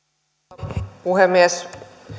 arvoisa puhemies